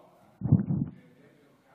חבריי חברי הכנסת,